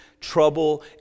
trouble